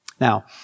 Now